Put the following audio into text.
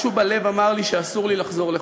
משהו בלב אמר לי שאסור לי לחזור לחו"ל.